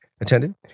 attended